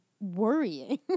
worrying